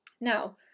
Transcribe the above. Now